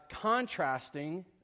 contrasting